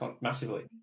massively